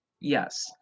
Yes